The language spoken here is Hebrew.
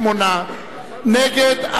8. נגד,